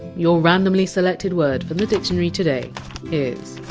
your randomly selected word from the dictionary today is!